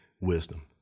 wisdom